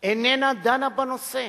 איננה דנה בנושא.